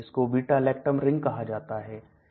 इसको beta lactam ring कहां जाता है